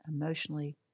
emotionally